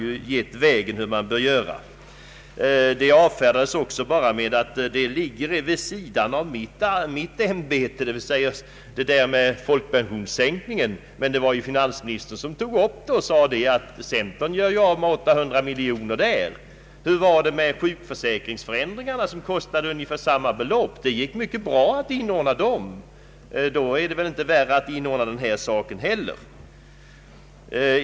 Frågan om sänkning av pensionsåldern avfärdades också med att det låg vid sidan av finansministern ämbetsområde. Men det var ju finansministern som tog upp frågan och sade att centern gör av med 800 miljoner på detta. Hur var det med ändringarna av sjukförsäkringen, som kostade ungefär lika mycket? Det gick bra att inordna de utgifterna och då är det väl inte värre att inordna sänkningen av pensionsåldern.